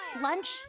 Lunch